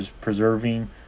preserving